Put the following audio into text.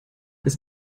ist